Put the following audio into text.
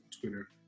Twitter